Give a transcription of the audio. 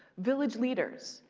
village leaders.